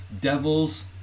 devil's